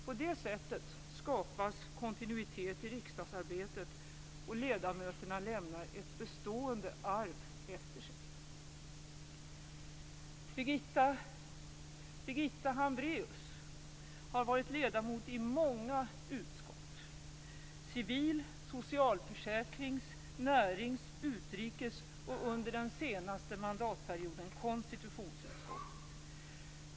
På det sättet skapas kontinuitet i riksdagsarbetet, och ledamöterna lämnar ett bestående arv efter sig. Birgitta Hambraeus har varit ledamot i många utskott - civil-, socialförsäkrings-, närings-, utrikes och under den senaste mandatperioden i konstitutionsutskottet.